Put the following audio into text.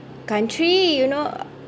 country you know